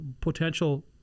potential